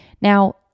Now